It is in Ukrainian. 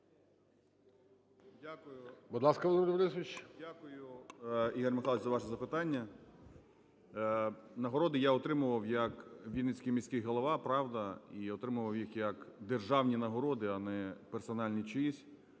Дякую, Ігор Михайлович, за ваше запитання. Нагороди я отримував як вінницький міський голова – правда, і отримував їх як державні нагороди, а не персональні чиїсь.